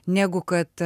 negu kad